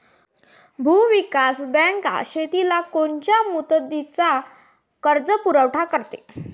भूविकास बँक शेतीला कोनच्या मुदतीचा कर्जपुरवठा करते?